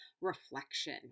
reflection